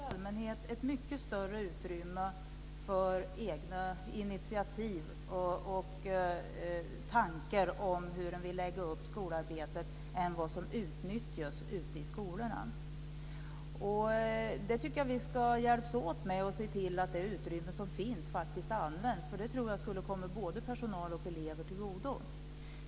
Fru talman! Det finns i allmänhet ett mycket större utrymme för egna initiativ och tankar om hur man vill lägga upp skolarbetet än vad som utnyttjas ute i skolorna. Jag tycker att vi ska hjälpas åt med att se till att det utrymme som finns faktiskt används. Jag tror nämligen att det skulle komma både personal och elever till godo.